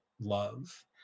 love